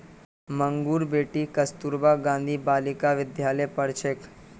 मंगूर बेटी कस्तूरबा गांधी बालिका विद्यालयत पढ़ छेक